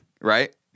right